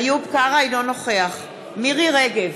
אינו נוכח מירי רגב,